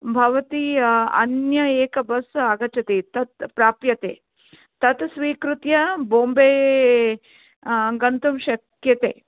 भवती अन्य एक बस् आगच्छति तत् प्राप्यते तत् स्वीकृत्य बोम्बे गन्तुं शक्यते